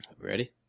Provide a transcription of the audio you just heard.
Ready